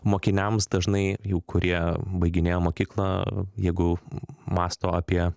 mokiniams dažnai jau kurie baiginėja mokyklą jeigu mąsto apie